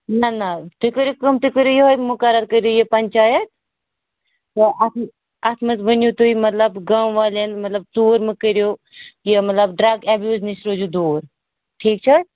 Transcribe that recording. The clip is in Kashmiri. نہَ نہَ تُہۍ کٔرِو کٲم تُہۍ کٔرِو یہَے مُقَرَر کٔرِو یہِ پَنچایت تہٕ اتھ اتھ مَنٛز ؤنِو تُہۍ مَطلَب گامہٕ والٮ۪ن مَطلَب ژوٗر مہٕ کٔرِو یہِ مَطلَب ڈرٛگ ایبیوٗز نِش روٗزِو دوٗر ٹھیٖک چھِ حظ